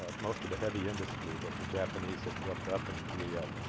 ah most of the heavy industry that the japanese had built up in korea ah.